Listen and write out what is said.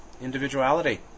individuality